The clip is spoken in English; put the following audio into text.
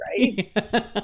right